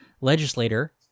legislator